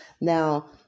Now